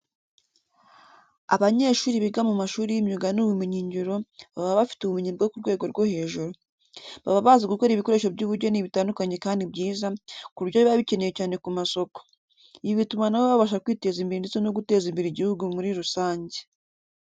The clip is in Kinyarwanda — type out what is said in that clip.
Abanyeshuri biga mu mashuri y'imyuga n'ubumenyingiro, baba bafite ubumenyi bwo ku rwego rwo hejuru. Baba bazi gukora ibikoresho by'ubugeni bitandukanye kandi byiza, ku buryo biba bikenewe cyane ku masoko. Ibi bituma na bo babasha kwiteza imbere ndetse no guteza imbere igihugu muri rusange.